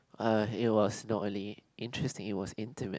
uh it was no only interesting it was intimate